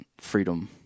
freedom